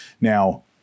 Now